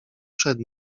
przed